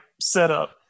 setup